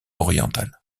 oriental